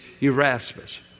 Erasmus